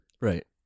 Right